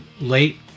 late